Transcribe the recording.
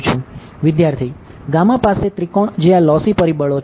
વિદ્યાર્થી પાસે ત્રિકોણ જે આ લોસી પરિબળો છે